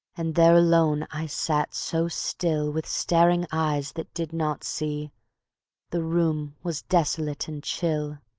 and there alone i sat so still, with staring eyes that did not see the room was desolate and chill,